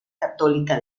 católica